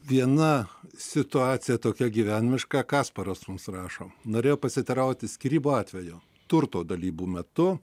viena situacija tokia gyvenimiška kasparas mums rašo norėjau pasiteirauti skyrybų atveju turto dalybų metu